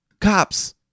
cops